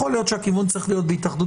יכול להיות שהכיוון צריך להיות בהתאחדות